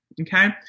Okay